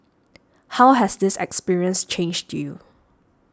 how has this experience changed you